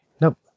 Nope